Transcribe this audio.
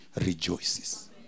rejoices